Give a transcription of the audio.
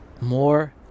more